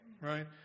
Right